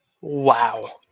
Wow